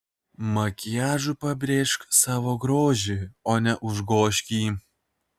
makiažu pabrėžk savo grožį o ne užgožk jį